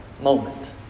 moment